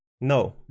no